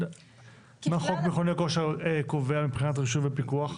מה חוק מכוני כושר קובע מבחינת רישוי ופיקוח?